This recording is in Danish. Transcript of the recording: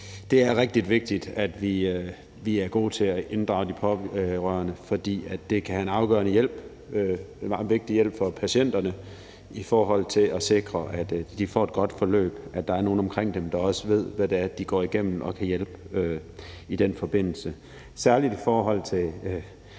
Det er rigtig vigtigt, at vi er gode til at inddrage de pårørende, fordi det kan være en afgørende hjælp, en meget vigtig hjælp, for patienterne i forhold til at sikre, at de får et godt forløb, altså at der er nogle omkring dem, der også ved, hvad de går igennem, og kan hjælpe i den forbindelse. Særlig i forhold til